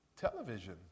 television